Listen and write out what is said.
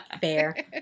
Fair